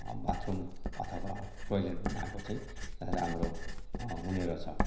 बाथ room अथवा toilet बनाएको चाहिँ राम्रो हुने रहेछ